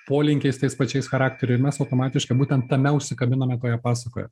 polinkiais tais pačiais charakterių ir mes automatiškai būtent tame užsikabiname toje pasakoje